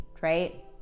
right